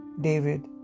David